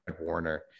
Warner